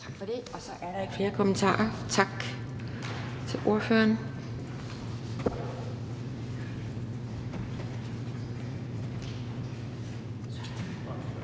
Tak for det. Så er der ikke flere kommentarer. Tak til ordføreren.